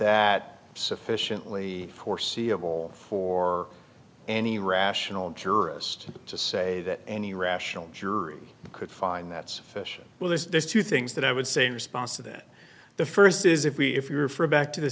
that sufficiently foreseeable for any rational jurist to say that any rational jury could find that sufficient well there's two things that i would say in response to that the first is if we if you refer back to the